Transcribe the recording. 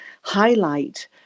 highlight